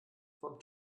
vom